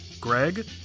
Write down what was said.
Greg